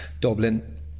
Dublin